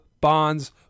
Bonds